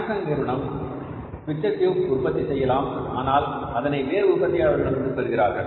Samsung நிறுவனம் picture tube உற்பத்தி செய்யலாம் ஆனால் அதனை வேறு உற்பத்தியாளர்களிடம் இருந்து பெறுகிறார்கள்